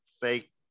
fake